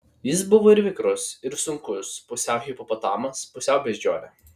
jis buvo ir vikrus ir sunkus pusiau hipopotamas pusiau beždžionė